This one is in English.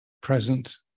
present